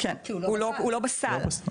כי הוא לא בסל,